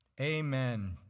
Amen